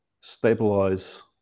stabilize